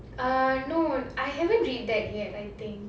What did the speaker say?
err no I haven't read that yet I think